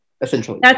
essentially